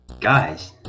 Guys